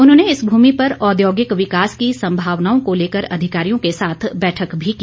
उन्होंने इस भूमि पर औद्योगिक विकास की संभावनाओं को लेकर अधिकारियों के साथ बैठक भी की